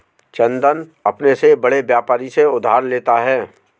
चंदन अपने से बड़े व्यापारी से उधार लेता है